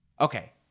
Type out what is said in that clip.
Okay